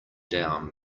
down